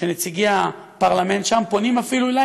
שנציגי הפרלמנט שם פונים אפילו אליי